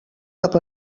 cap